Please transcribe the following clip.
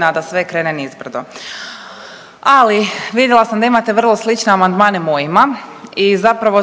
da sve krene nizbrdo. Ali, vidjela sam da imate vrlo slične amandmane mojima i zapravo